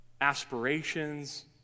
aspirations